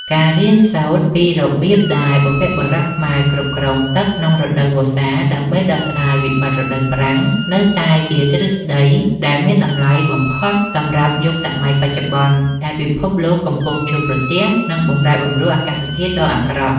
ការរៀនសូត្រពីរបៀបដែលបុព្វបុរសខ្មែរគ្រប់គ្រងទឹកក្នុងរដូវវស្សាដើម្បីដោះស្រាយវិបត្តិរដូវប្រាំង នៅតែជាទ្រឹស្ដីដែលមានតម្លៃបំផុតសម្រាប់យុគសម័យបច្ចុប្បន្ន ដែលពិភពលោកកំពុងជួបប្រទះនឹងបម្រែបម្រួលអាកាសធាតុដ៏អាក្រក់។